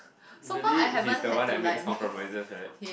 usually he is the one who make compromises right